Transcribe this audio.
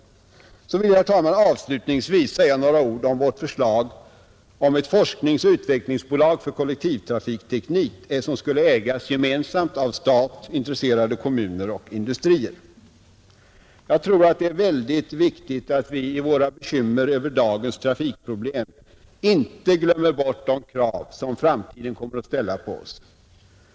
Sedan vill jag avslutningsvis säga några ord om vårt förslag om ett forskningsoch utvecklingsbolag för kollektivtrafikteknik, ägt gemensamt av stat, intresserade kommuner och industrier. Det är oerhört viktigt att vi i våra bekymmer över dagens trafikproblem inte glömmer bort de krav som framtiden kommer att ställa.